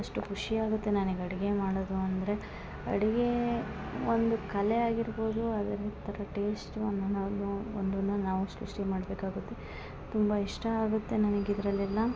ಅಷ್ಟು ಖುಷಿ ಆಗುತ್ತೆ ನನಗೆ ಅಡ್ಗೆ ಮಾಡೋದು ಅಂದರೆ ಅಡ್ಗೇ ಒಂದು ಕಲೆ ಆಗಿರ್ಬೌದು ಅದರಿನ್ ಥರ ಟೇಸ್ಟ್ ಒಂದು ನಾವು ನೋ ಒಂದುನ್ನ ನಾವು ಸೃಷ್ಟಿ ಮಾಡಬೇಕಾಗುತ್ತೆ ತುಂಬ ಇಷ್ಟ ಆಗುತ್ತೆ ನನಗೆ ಇದರಲ್ಲೆಲ್ಲ